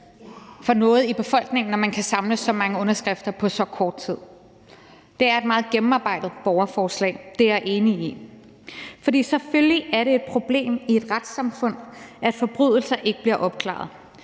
for noget i befolkningen, at man kan samle så mange underskrifter på så kort tid. Det er et meget gennemarbejdet borgerforslag; det er jeg enig i. For selvfølgelig er det et problem i et retssamfund, at forbrydelser ikke bliver opklaret.